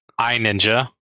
iNinja